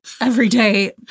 everyday